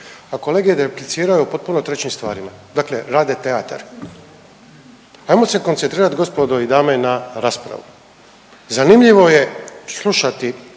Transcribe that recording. a kolega je replicirao o potpuno trećim stvarima, dakle rade teatar. Ajmo se koncentrirat gospodo i dame na raspravu. Zanimljivo je slušati